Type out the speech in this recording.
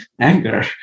anger